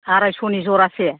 आरायस'नि जरासे